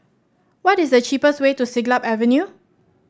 what is the cheapest way to Siglap Avenue